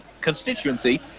constituency